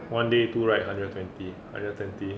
one day two ride hundred twenty hundred twenty